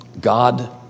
God